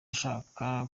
ashaka